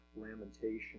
lamentation